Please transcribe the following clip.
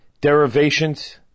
derivations